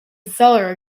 cellar